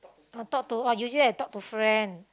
I talk to oh usually I talk to friends